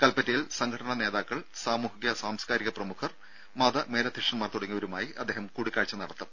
കൽപ്പറ്റയിൽ സംഘടനാ നേതാക്കൾ സാമൂഹിക സാംസ്കാരിക പ്രമുഖർ മത മേലധ്യക്ഷൻമാർ തുടങ്ങിയവരുമായി അദ്ദേഹം കൂടിക്കാഴ്ച നടത്തും